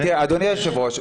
אדוני היושב-ראש,